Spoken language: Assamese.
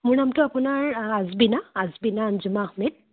মোৰ নামটো আপোনাৰ আজবিনা আজবিনা অনজুমা আহমেদ